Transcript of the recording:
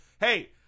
hey